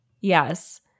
yes